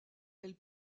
elle